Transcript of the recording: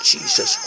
Jesus